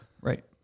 Right